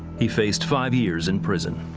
he faced five years in prison.